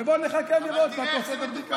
ובוא נחכה לראות מה תוצאות הבדיקה.